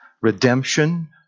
redemption